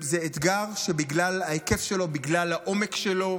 זה אתגר שבגלל ההיקף שלו, בגלל העומק שלו,